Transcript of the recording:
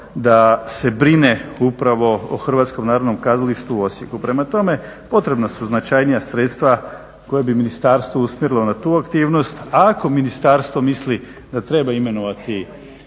da se brine upravo o Hrvatskom narodnom kazalištu u Osijeku. Prema tome potrebna su značajnija sredstva koje bi ministarstvo usmjerilo na tu aktivnost ako ministarstvo misli da treba imenovati